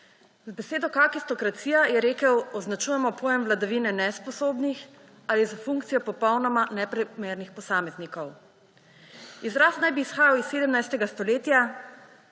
»Z besedo kakistokracija,« je rekel, »označujemo pojem vladavine nesposobnih ali za funkcijo popolnoma neprimernih posameznikov.« Izraz naj bi izhajal iz 17. stoletja,